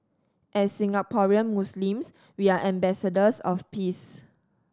as Singaporean Muslims we are ambassadors of peace